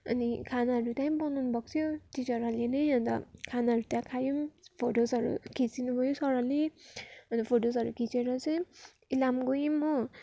अनि खानाहरू त्यहीँ बनाउनुभएको थियो टिचरहरूले नै अन्त खानाहरू त्यहाँ खायौँ फोटोस्हरू खिचिदिनुभयो सरहरूले अन्त फोटोस्हरू खिचेर चाहिँ इलाम गयौँ हो